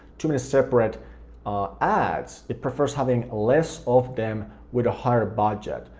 too many separate ads it prefers having less of them with a higher budget.